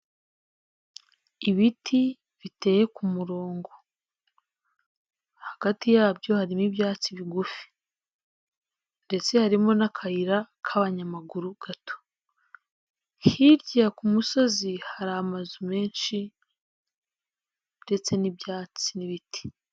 Ibiti biteye ku murongo, hagati yabyo harimo ibyatsi bigufi ndetse harimo n'akayira k'abanyamaguru gato, hirya ku musozi hari amazu menshi ndetse n'ibyatsi n'ibiti.